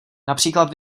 například